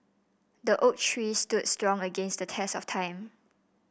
the oak tree stood strong against the test of time